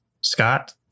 Scott